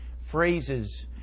phrases